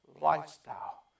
lifestyle